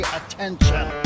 attention